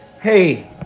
hey